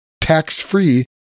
tax-free